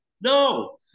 no